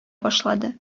башлады